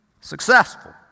successful